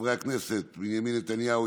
חברי הכנסת בנימין נתניהו,